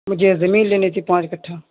مجھے زمین لینی تھی پانچ کٹھہ